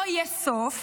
לא יהיה סוף